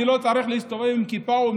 אני או כל יהודי לא צריך להסתובב עם כיפה או עם